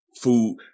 Food